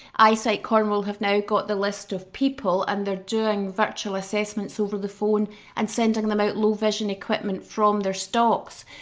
eyesight cornwall have now got the list of people and they're doing virtual assessments over the phone and sending them out low-vision equipment from their stocks.